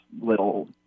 little